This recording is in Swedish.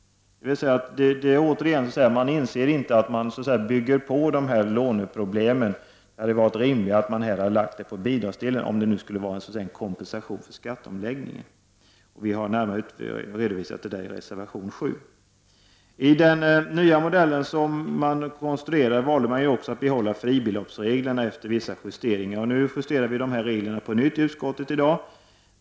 Man inser inte att låneproblemet byggs på. Det hade varit rimligare att lägga kompensationen på bidragsdelen om den skulle vara en kompensation för skatteomläggningen. Vi har närmare redovisat detta i reservation 7. I den nya modellen som man konstruerade valde man också att behålla fribeloppsreglerna efter vissa justeringar. Nu justeras dessa regler på nytt i utskottet.